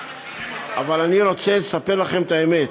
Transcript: אבל אני רוצה לספר לכם את האמת: